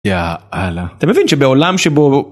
יא אללה, אתה מבין שבעולם שבו...